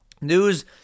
News